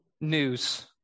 news